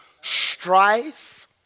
Strife